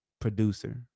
producer